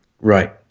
right